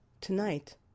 Tonight